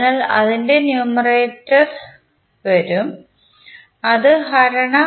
അതിനാൽ അത് ന്യുമറേറ്റർ വരും അത് ഹരണം